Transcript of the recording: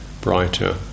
brighter